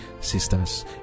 Sisters